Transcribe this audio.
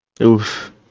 Oof